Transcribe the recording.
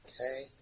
Okay